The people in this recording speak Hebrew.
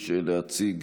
וטייב.